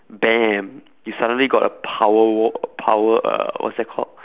bam you suddenly got a power w~ power uh what's that called